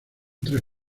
tres